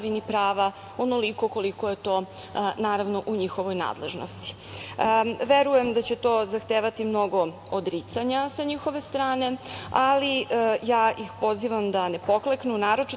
prava onoliko koliko je to, naravno, u njihovoj nadležnosti. Verujem da će to zahtevati mnogo odricanja sa njihove strane, ali ja ih pozivam da ne pokleknu,